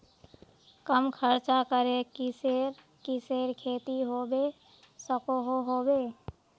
कम खर्च करे किसेर किसेर खेती होबे सकोहो होबे?